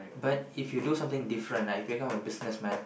but if you do something different right become a business man